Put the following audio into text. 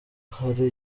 hari